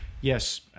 Yes